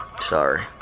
Sorry